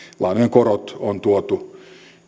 lainojen korot on tuotu